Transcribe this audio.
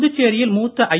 புதுச்சேரியில் மூத்த ஐ